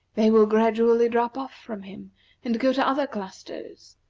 they will gradually drop off from him and go to other clusters,